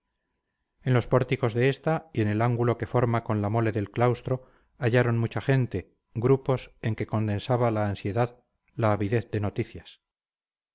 en los pórticos de esta y en el ángulo que forma con la mole del claustro hallaron mucha gente grupos en que se condensaba la ansiedad la avidez de noticias